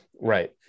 Right